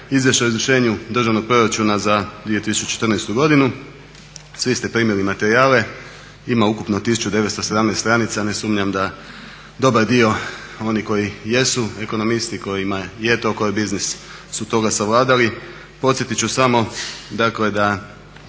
izvješće o izvršenju državnog proračuna za 2014.godinu. Svi ste primili materijale. Ima ukupno 1917. Ne sumnjam da dobar dio onih koji jesu ekonomisti i kojima to je kor biznis su toga savladali. Podsjetit ću samo dakle da